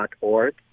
org